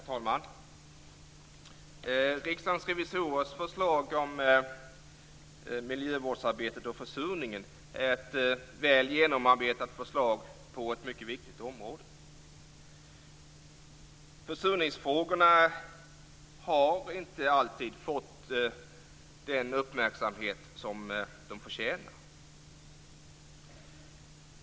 Herr talman! Riksdagens revisorers förslag om miljövårdsarbetet och försurningen är ett väl genomarbetat förslag på ett mycket viktigt område. Försurningsfrågorna har inte alltid fått den uppmärksamhet som de förtjänar.